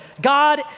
God